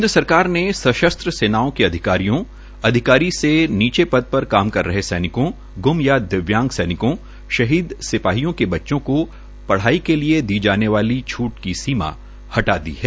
केन्द्र सरकार ने सशस्त्र सीमा के अधिकारियों से नीचे पद पर काम कर रहे सैनिकों ग्म या दविव्यांग सैनिकों शहीदी सिपाहियों के बच्चों को पढ़ाई के लिए दिये जाने वाली छूट की सीमा हटा दी है